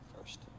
first